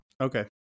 Okay